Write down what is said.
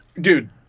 dude